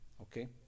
Okay